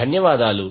ధన్యవాదాలు